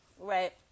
right